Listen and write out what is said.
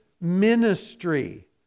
ministry